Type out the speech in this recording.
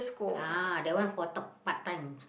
uh that one for talk part time